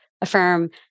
Affirm